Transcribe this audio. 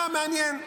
היה מעניין.